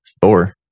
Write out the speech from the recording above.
Thor